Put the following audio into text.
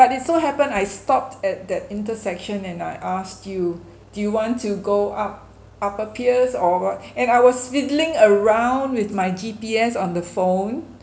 but it so happen I stopped at that intersection and I asked you do you want to go up upper pierce or what and I was fiddling around with my G_P_S on the phone